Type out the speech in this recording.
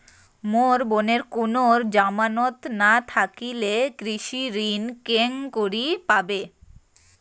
মোর বোনের কুনো জামানত না থাকিলে কৃষি ঋণ কেঙকরি পাবে?